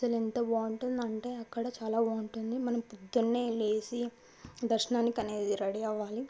అసలు ఎంత బాగుంటుంది అంటే అక్కడ చాలా బాగుంటుంది మనం పొద్దున్నే లేచి దర్శనానికి అనేది రడీ అవ్వాలి